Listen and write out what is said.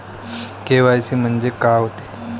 KYC म्हंनजे का होते?